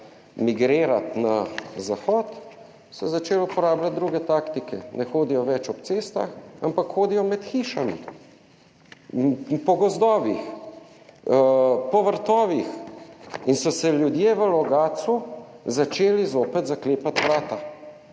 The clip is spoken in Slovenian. migrirati na zahod, so začeli uporabljati druge taktike. Ne hodijo več ob cestah, ampak hodijo med hišami, po gozdovih, po vrtovih in so si ljudje v Logatcu začeli zopet zaklepati vrata.